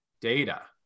data